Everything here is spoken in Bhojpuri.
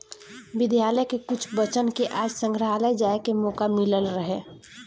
विद्यालय के कुछ बच्चन के आज संग्रहालय जाए के मोका मिलल रहे